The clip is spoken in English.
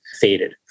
faded